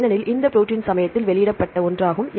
ஏனெனில் இந்த ப்ரோடீன் சமீபத்தில் வெளியிடப்பட்ட ஒன்றாகும்